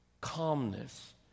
Calmness